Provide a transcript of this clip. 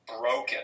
broken